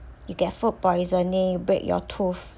you get food poisoning break your tooth